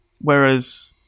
Whereas